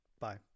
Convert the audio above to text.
Bye